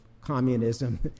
communism